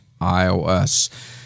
iOS